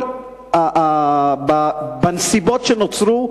בנסיבות שנוצרו.